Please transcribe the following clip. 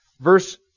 Verse